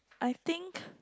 I think